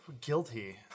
Guilty